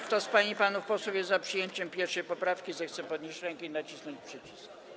Kto z pań i panów posłów jest za przyjęciem 1. poprawki, zechce podnieść rękę i nacisnąć przycisk.